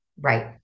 Right